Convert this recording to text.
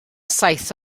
saith